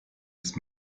ist